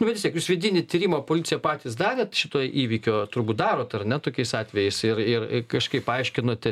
nu bet vis tiek jūs vidinį tyrimą policija patys darėt šito įvykio turbūt darot ar ne tokiais atvejais ir ir kažkaip paaiškinote